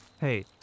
Hey